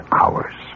hours